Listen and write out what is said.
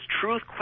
truth